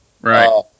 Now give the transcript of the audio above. Right